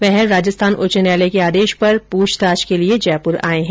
वह राजस्थान उच्च न्यायालय के आदेश पर पूछताछ के लिये जयपुर आए हैं